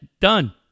Done